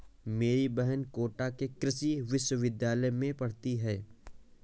मेरी बहन कोटा के कृषि विश्वविद्यालय में पढ़ती थी